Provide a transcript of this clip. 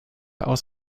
aus